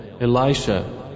Elisha